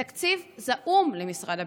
זה תקציב זעום למשרד הביטחון.